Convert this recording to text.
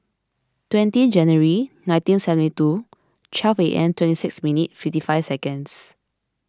twenty January nineteen seventy two and twenty six minutes fifty five seconds